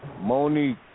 Monique